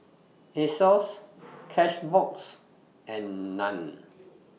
Asos Cashbox and NAN